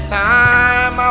time